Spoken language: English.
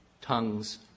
tongues